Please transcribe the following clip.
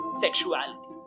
sexuality